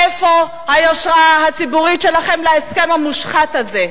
איפה היושרה הציבורית שלכם לנוכח ההסכם המושחת הזה?